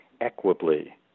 equably